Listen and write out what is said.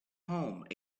home